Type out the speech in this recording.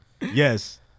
Yes